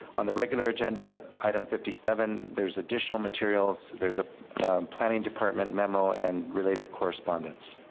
on the regular agenda item fifty seven, there's additional materials, there's a planning department memo and related correspondence.